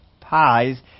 pies